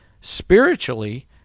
spiritually